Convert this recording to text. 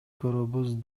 көрөбүз